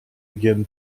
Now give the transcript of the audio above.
again